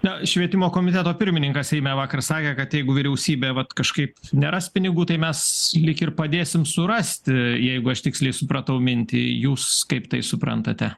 na švietimo komiteto pirmininkas seime vakar sakė kad jeigu vyriausybė vat kažkaip neras pinigų tai mes lyg ir padėsim surasti jeigu aš tiksliai supratau mintį jūs kaip tai suprantate